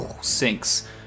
sinks